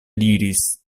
diris